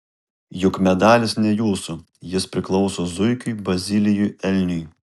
juk medalis ne jūsų jis priklauso zuikiui bazilijui elniui